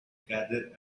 gather